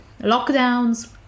lockdowns